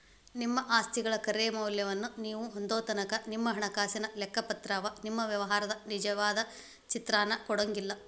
ನಿಮ್ಮ ಆಸ್ತಿಗಳ ಖರೆ ಮೌಲ್ಯವನ್ನ ನೇವು ಹೊಂದೊತನಕಾ ನಿಮ್ಮ ಹಣಕಾಸಿನ ಲೆಕ್ಕಪತ್ರವ ನಿಮ್ಮ ವ್ಯವಹಾರದ ನಿಜವಾದ ಚಿತ್ರಾನ ಕೊಡಂಗಿಲ್ಲಾ